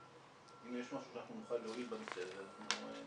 אם יש משהו שאנחנו נוכל להועיל בנושא הזה אנחנו נשמח.